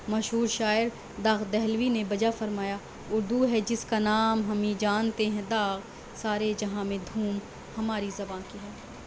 مشہور شاعر داغ دہلوی نے بجا فرمایا اردو ہے جس کا نام ہمیں جانتے ہیں داغ سارے جہاں میں دھوم ہماری زباں کی ہے